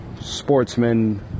sportsmen